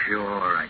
Sure